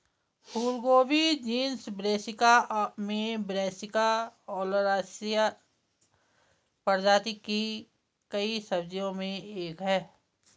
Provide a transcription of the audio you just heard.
फूलगोभी genus Brassica में Brassica oleracea प्रजाति की कई सब्जियों में से एक है